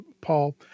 Paul